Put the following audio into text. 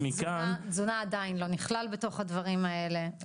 תזונה עדיין לא נכלל בתוך הדברים האלה.